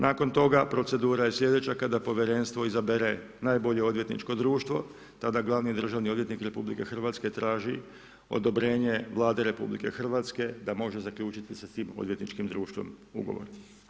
Nakon toga procedura je sljedeća, kada povjerenstvo izabere najbolje odvjetničko društvo tada glavni državni odvjetnik RH traži odobrenje Vlade RH da može zaključiti sa tim odvjetničkim društvom ugovor.